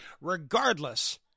Regardless